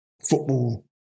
football